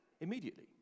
immediately